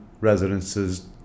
residences